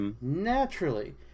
naturally